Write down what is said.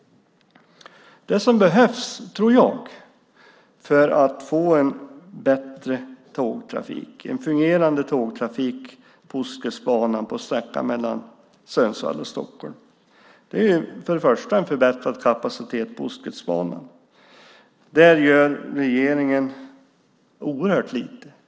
Vad som behövs för en bättre tågtrafik, en fungerande tågtrafik på Ostkustbanan på sträckan mellan Sundsvall och Stockholm, är en förbättrad kapacitet på Ostkustbanan. Där gör regeringen oerhört lite.